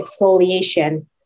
exfoliation